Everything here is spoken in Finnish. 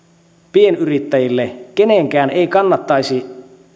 pienyrittäjille kenenkään ei kannattaisi